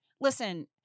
listen